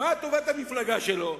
מה טובת המפלגה שלו,